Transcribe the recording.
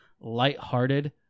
lighthearted